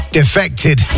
defected